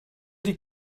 die